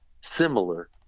similar